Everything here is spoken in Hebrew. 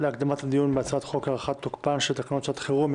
להקדמת הדיון בהצעת חוק להארכת תוקפן של תקנות שעת חירום,